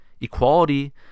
equality